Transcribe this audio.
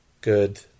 good